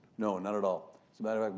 no, not at all. as a matter